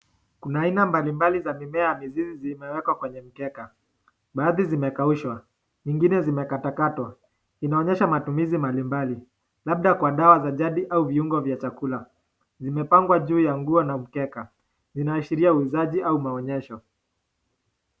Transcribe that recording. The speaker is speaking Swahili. Kuna aina mbalimbali za mimea ya mzizi zimewekwa kwenye mikeka, baadhi zimekaushwa, nyingine zimekatwakatwa. Inaonyesha matumizi mbalimbali, labda kwa dawa za jadi au viungo vya vyakula, zimepangwa juu ya nguo na mkeka. Zinaashiria uuzaji au maonyesho.